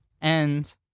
and-